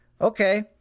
Okay